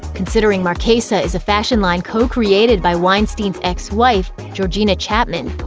considering marchesa is a fashion line co-created by weinstein's ex-wife, georgina chapman.